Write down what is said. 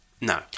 no